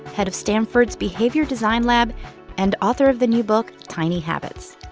head of stanford's behavior design lab and author of the new book, tiny habits.